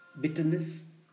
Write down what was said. bitterness